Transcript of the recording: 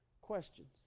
Questions